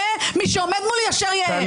ויהא מי שעומד מולי אשר יהא.